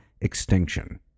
extinction